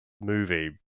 movie